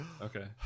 Okay